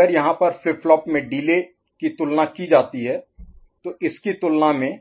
अगर यहाँ पर फ्लिप फ्लॉप में डिले की तुलना की जाती है तो इसकी तुलना में